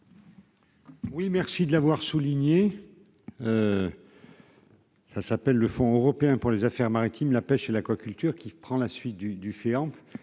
Oui, merci de l'avoir souligné. ça s'appelle le fonds européen pour les Affaires maritimes, la pêche et l'aquaculture, qui prend la suite du du